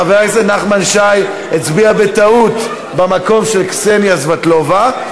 חבר הכנסת נחמן שי הצביע בטעות במקום של קסניה סבטלובה,